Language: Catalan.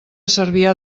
cervià